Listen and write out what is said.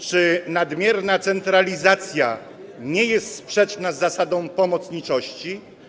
Czy nadmierna centralizacja nie jest sprzeczna z zasadą pomocniczości?